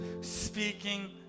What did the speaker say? speaking